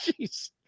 Jeez